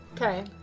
Okay